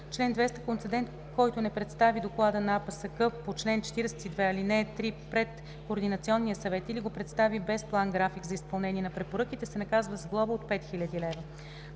„Чл. 200. Концедент, който не представи доклада на АПСК по чл. 42, ал. 3 пред Координационния съвет или го представи без план график за изпълнение на препоръките, се наказва с глоба от 5000 лв.“